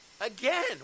Again